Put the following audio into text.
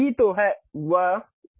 यही तो है वो